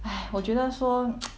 !haiya! 我觉得说